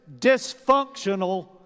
dysfunctional